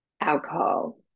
alcohol